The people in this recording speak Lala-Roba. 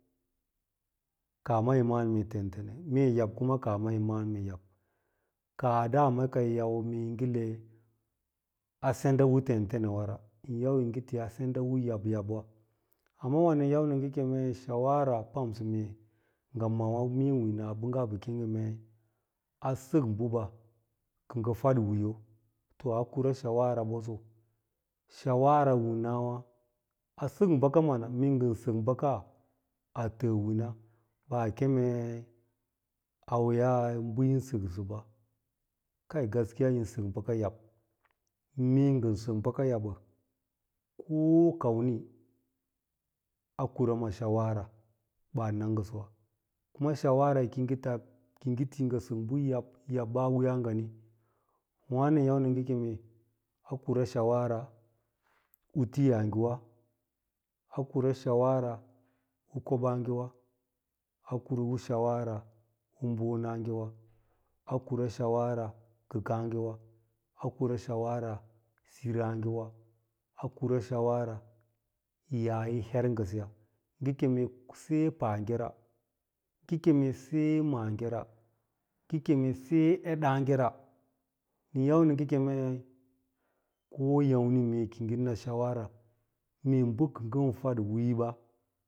Kaah ma yi ma’àn mee yi tentene mee yab kaan ma yi ma’an yi yab kaah dama yi yau yi ngɚ le a senda u tentena wa ra yin yau yi ngɚ te a senda a yab yab’wara amma wa nɚn yau nɚ ngɚ kemei shawara u pamsɚ mee ngɚ mawà mee winabɚngga ɓɚ keme a sɚk bɚɓa kɚ ngɚ faɗwiiyo to a kura shawara ɓoso. Shawara winawà a sɚk bɚka mana mee ngɚn sɚk bɚka a tɚɚ wina baa kemei awwiya mai bɚ yin sɚksɚba kai gaskiya yin sɚk bɚka yab, mee ngɚn sɚk bɚka yabbɚ ko kamni a kura ma shawara baa na ngɚsɚwa, kama shawara kiyi ta, ki yi ngɚ sɚk bo ki yi ngɚn ti bɚ yabydi a wiiyaa ngani, wàno nɚn yau no ngɚ keme a kura shawara n tiyang wa, a kura shawara u kobaage wa akura u shawara u bonagewa, a kura shawara kɚkaags wa, a kura shawara siraagewa, a kura shawara yaa yi her ngɚsɚya, nge kome sai pangera ngɚ keme sai maagera, ngɚ keme sai eɗaage ra, nɚn yau nɚ ngɚ kemei ko yàmmi mee ki yi ngɚ na shawara, mee bɚ ki yi ngɚn fadwiiyoɓa,